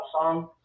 song